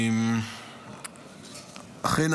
אכן,